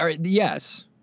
Yes